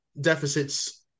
deficits